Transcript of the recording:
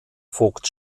vogt